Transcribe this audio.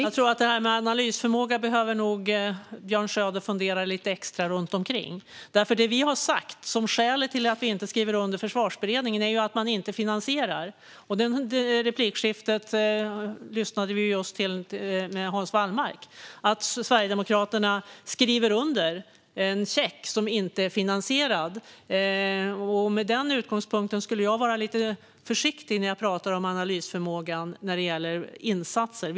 Fru talman! Jag tror att Björn Söder behöver fundera lite extra på detta med analysförmåga. Det som vi har angett som skäl till att vi inte skriver under Försvarsberedningens slutrapport är att man inte finansierar. I replikskiftet med Hans Wallmark hörde vi att Sverigedemokraterna skriver under en check som saknar finansiering, och med den utgångspunkten skulle jag vara lite försiktig med att tala om analysförmåga vad gäller insatser.